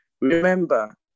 remember